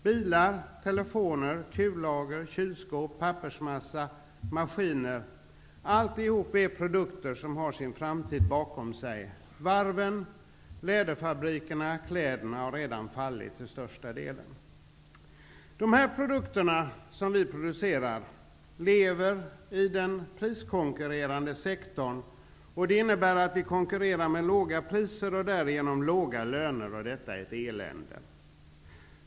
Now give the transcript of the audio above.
Bilar, telefoner, kullager, kylskåp, pappersmassa och maskiner är alla produkter som har sin framtid bakom sig. Varven, läderfabrikerna och klädindustrin har till största delen redan fallit. De produkter vi producerar finns i den priskonkurrerande sektorn. Det innebär att vi konkurrerar med låga priser och därigenom låga löner, och detta är ett elände.